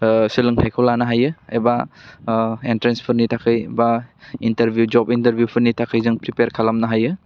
सोलोंथाइखौ लानो हायो एबा इन्ट्रेनसफोरनि थाखै बा इन्टारभिउ जब इन्टारभिउफोरनि थाखै जों प्रिपार खालामनो हायो